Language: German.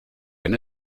wenn